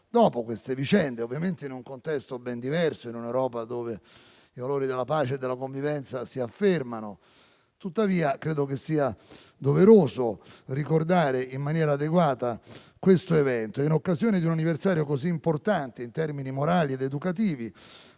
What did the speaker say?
dopo certe vicende, in un contesto ben diverso, in un'Europa dove i valori della pace e della convivenza si affermano e credo sia doveroso ricordare in maniera adeguata questo evento. In occasione di un anniversario così importante in termini morali ed educativi,